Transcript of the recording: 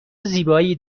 زیبایی